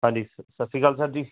ਹਾਂਜੀ ਸਤਿ ਸ਼੍ਰੀ ਅਕਾਲ ਸਰ ਜੀ